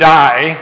die